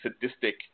sadistic